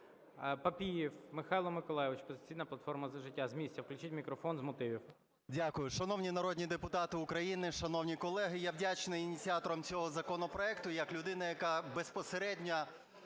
Папієв Михайло Миколайович, "Опозиційна платформа - За життя". З місця включіть мікрофон, з мотивів. 13:58:17 ПАПІЄВ М.М. Дякую. Шановні народні депутати України, шановні колеги! Я вдячний ініціаторам цього законопроекту як людина, яка безпосередньо